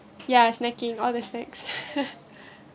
ya snacking all the snacks